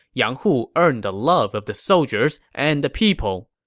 yang hu earned the love of the soldiers and the people.